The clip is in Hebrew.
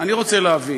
בנאום הבא אני אגיד לך.